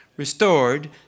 restored